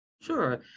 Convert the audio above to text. Sure